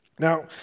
Now